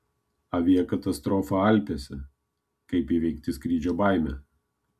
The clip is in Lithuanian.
aviakatastrofa alpėse kaip įveikti skrydžio baimę